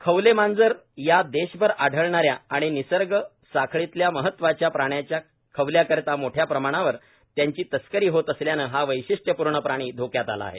खवलेमांजर या देशभर आढळणाऱ्या आणि निसर्गसाखळीतल्या महत्त्वाच्या प्राण्याच्या खवल्यांकरिता मोठ्या प्रमाणावर त्याची तस्करी होत असल्यानं हा वैशिष्ट्यपूर्ण प्राणी धोक्यात आला आहे